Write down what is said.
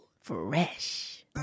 Fresh